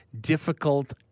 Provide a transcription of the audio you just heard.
difficult